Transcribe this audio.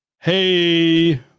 Hey